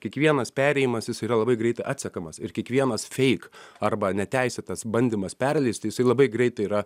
kiekvienas perėjimas jis yra labai greit atsekamas ir kiekvienas feik arba neteisėtas bandymas perleisti jisai labai greitai yra